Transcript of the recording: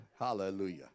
Hallelujah